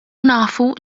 nafu